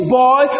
boy